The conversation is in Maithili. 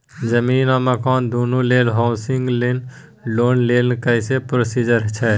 जमीन आ मकान दुनू लेल हॉउसिंग लोन लै के की प्रोसीजर छै?